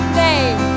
name